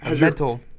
mental